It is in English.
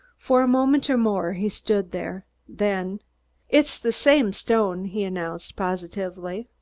for a moment or more he stood there, then it's the same stone, he announced positively.